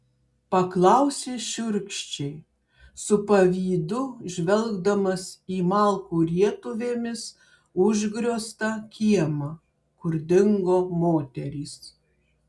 paklausė šiurkščiai su pavydu žvelgdamas į malkų rietuvėmis užgrioztą kiemą kur dingo moterys